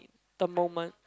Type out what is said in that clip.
the moment